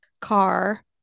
car